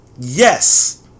Yes